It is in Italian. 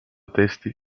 testi